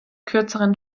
kürzeren